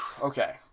Okay